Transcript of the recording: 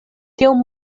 tiom